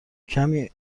کمی